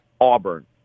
Auburn